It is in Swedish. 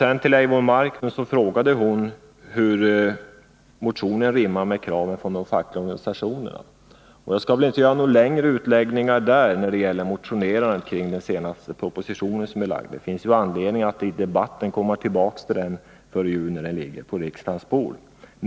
Eivor Marklund frågade hur vår motion rimmar med kraven från de fackliga organisationerna. Jag skall här inte göra någon längre utläggning om det. När det gälser motionerandet kring den proposition som senast lagts fram finns det ju anledning att komma tillbaka till den debatten före jul när propositionen ligger på riksdagens bord.